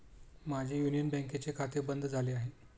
माझे युनियन बँकेचे खाते बंद झाले आहे